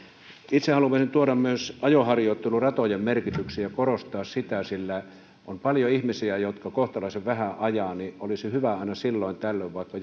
itse haluaisin tuoda esiin myös ajoharjoitteluratojen merkityksen ja korostaa sitä on paljon ihmisiä jotka kohtalaisen vähän ajavat niin että olisi hyvä aina silloin tällöin vaikka